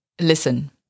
listen